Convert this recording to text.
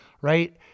right